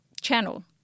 channel